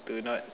to not